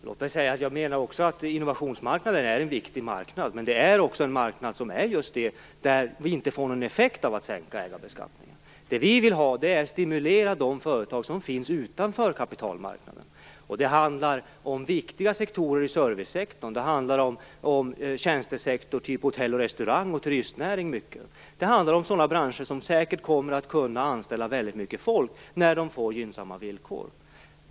Fru talman! Jag menar också att innovationsmarknaden är en viktig marknad. Men det är också en marknad som inte får någon effekt av en sänkt ägarbeskattning. Vad vi vill är att stimulera de företag som finns utanför kapitalmarknaden. Det handlar om viktiga områden inom servicesektorn. Det handlar mycket om en tjänstesektor som t.ex. hotell, restaurang och turistnäringen - sådana branscher som säkert kommer att kunna anställa väldigt mycket folk om de får gynnsamma villkor.